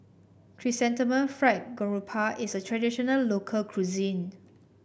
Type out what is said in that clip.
Chrysanthemum Fried Garoupa is a traditional local cuisine